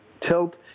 tilt